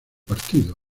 partido